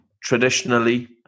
traditionally